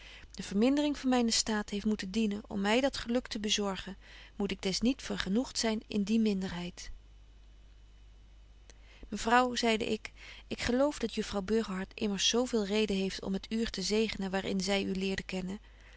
de vermindering van mynen staat heeft moeten dienen om my dat geluk te bezorgen moet ik des niet vergenoegt zyn in die minderheid mevrouw zeide ik ik geloof dat juffrouw burgerhart immers zo veel reden heeft om het uur te zegenen waar in zy u leerde kennen